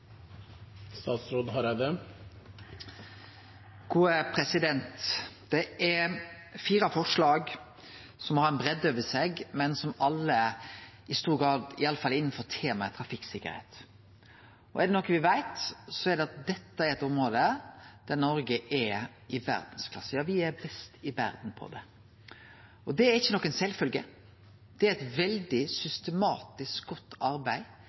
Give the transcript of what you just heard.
fire forslag som har ei breidd over seg, men som alle i stor grad iallfall er innanfor temaet trafikksikkerheit. Og er det noko me veit, så er det at dette er eit område der Noreg er i verdsklasse, ja me er best i verda på det. Det er ikkje noka sjølvfølgje, det er eit veldig systematisk godt arbeid